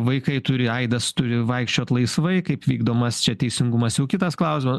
vaikai turi aidas turi vaikščiot laisvai kaip vykdomas čia teisingumas jau kitas klausimas